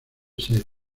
set